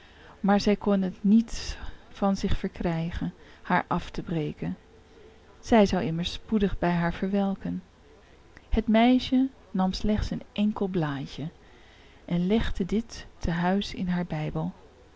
maar zij kon het niet van zich verkrijgen haar af te breken zij zou immers spoedig bij haar verwelken het meisje nam slechts een enkel blaadje en legde dit te huis in haar bijbel